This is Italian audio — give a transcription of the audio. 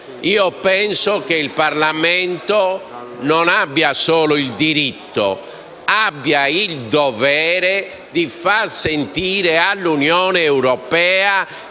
penso che il Parlamento non abbia solo il diritto, ma abbia il dovere di far sentire all'Unione europea